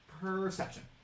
perception